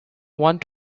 want